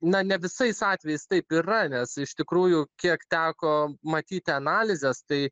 na ne visais atvejais taip yra nes iš tikrųjų kiek teko matyti analizės tai